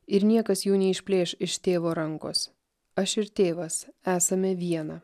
ir niekas jų neišplėš iš tėvo rankos aš ir tėvas esame viena